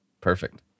Perfect